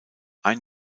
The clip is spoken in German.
ein